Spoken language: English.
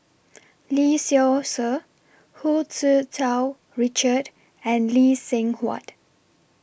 Lee Seow Ser Hu Tsu Tau Richard and Lee Seng Huat